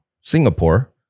Singapore